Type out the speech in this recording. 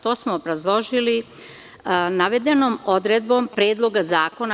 To smo obrazložili navedenom odredbom Predloga zakona.